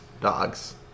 dogs